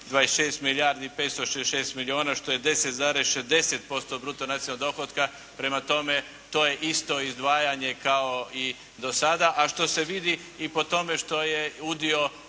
26 milijardi 566 milijuna što je 10,60% bruto nacionalnog dohotka. Prema tome to je isto izdvajanje kao i dosada, a što se vidi i po tome što je udio